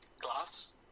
Glass